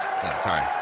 sorry